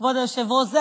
כבוד היושב-ראש,